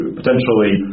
potentially